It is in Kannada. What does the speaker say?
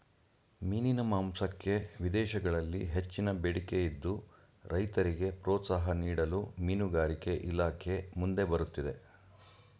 ಮೀನಿನ ಮಾಂಸಕ್ಕೆ ವಿದೇಶಗಳಲ್ಲಿ ಹೆಚ್ಚಿನ ಬೇಡಿಕೆ ಇದ್ದು, ರೈತರಿಗೆ ಪ್ರೋತ್ಸಾಹ ನೀಡಲು ಮೀನುಗಾರಿಕೆ ಇಲಾಖೆ ಮುಂದೆ ಬರುತ್ತಿದೆ